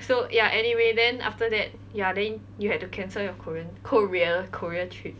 so ya anyway then after that ya then you had to cancel your korean korea korea trip